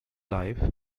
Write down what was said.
life